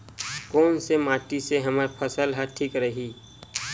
कोन से माटी से हमर फसल ह ठीक रही?